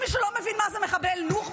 אם מישהו לא מבין מה זה מחבל נוח'בה,